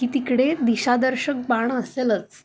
की तिकडे दिशादर्शक बाण असेलच